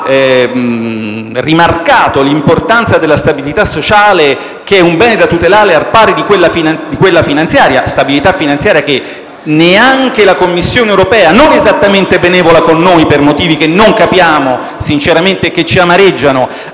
ne ha rimarcato l'importanza dicendo che è un bene da tutelare al pari di quella fine quella finanziaria; stabilità finanziaria che neanche la Commissione europea, non esattamente benevola con noi per motivi che non capiamo sinceramente e che ci amareggiano,